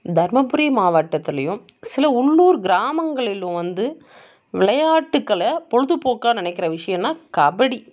தர்மபுரி மாவட்டத்திலேயும் சில உள்ளுர் கிராமங்களிலும் வந்து விளையாட்டுக்களை பொழுதுபோக்காக நினைக்கிற விஷயம்னால் கபடி